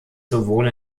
sowohl